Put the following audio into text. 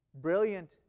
brilliant